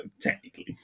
technically